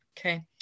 Okay